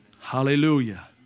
Hallelujah